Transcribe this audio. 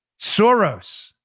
Soros